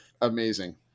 amazing